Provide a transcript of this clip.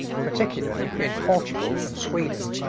particularly in portugal and sweden.